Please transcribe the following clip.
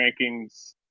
rankings